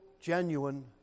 genuine